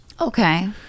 Okay